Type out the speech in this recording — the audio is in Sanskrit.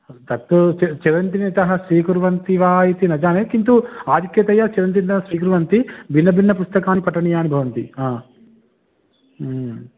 तत्तु चि चिरन्तनीतः स्विकुर्वन्ति वा इति न जाने किन्तु आधिक्यतया चिरन्तनीतः स्विकुर्वन्ति भिन्नभिन्नपुस्तकानि पठनीयानि भवन्ति हा